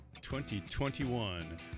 2021